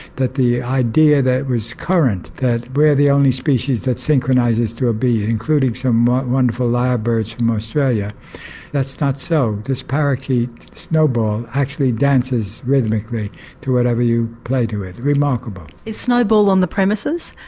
that the idea that was current that we're the only species that synchronises to a beat including some wonderful lyre birds from australia that is not so. this parakeet snowball actually dances rhythmically to whatever you play to it. remarkable. is snowball on the premises?